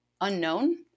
unknown